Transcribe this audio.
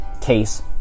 case